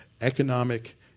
economic